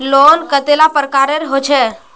Loan कतेला प्रकारेर होचे?